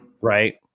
right